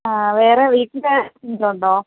വേറെ വീട്ടിൽ ആർക്കെങ്കിലും ഉണ്ടോ